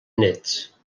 néts